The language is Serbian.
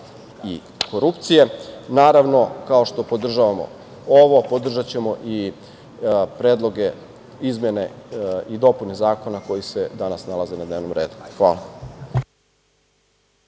i korupcije. Naravno, kao što podržavamo ovo, podržaćemo i predloge izmena i dopuna zakona koji se danas nalaze na dnevnom redu. Hvala.